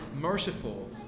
merciful